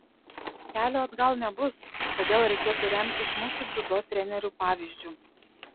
kelio atgal nebus todėl reikėtų remtis mūsų dziudo trenerių pavyzdžiu